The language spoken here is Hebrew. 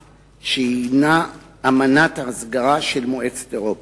שהיא אינה אמנת הסגרה של מועצת אירופה.